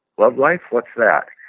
love life? what's that?